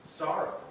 sorrow